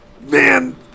Man